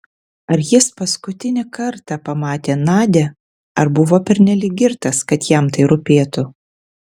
ar jis paskutinį kartą pamatė nadią ar buvo pernelyg girtas kad jam tai rūpėtų